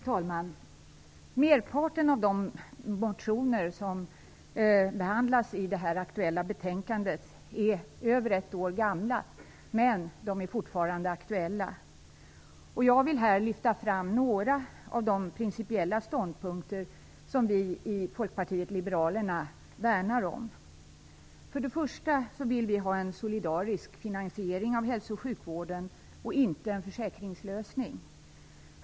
Fru talman! Merparten av de motioner som behandlas i det nu aktuella betänkandet är över ett år gamla. De är dock fortfarande aktuella. Jag vill här lyfta fram några av de principiella ståndpunkter som vi i Folkpartiet liberalerna värnar om. För det första vill vi ha en solidarisk finansiering av hälso och sjukvården, och inte en försäkringslösning.